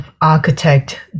architect